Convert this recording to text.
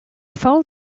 fold